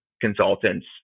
consultants